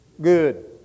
Good